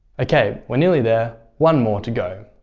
ok, we're nearly there! one more to go